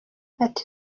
ati